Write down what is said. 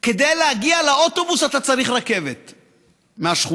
וכדי להגיע לאוטובוס, אתה צריך רכבת מהשכונה.